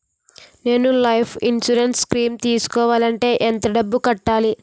నేను life insurance scheme తీసుకోవాలంటే ఎంత డబ్బు కట్టాలి?